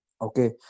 okay